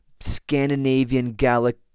Scandinavian-Gallic